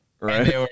right